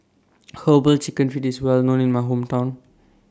Herbal Chicken Feet IS Well known in My Hometown